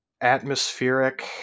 atmospheric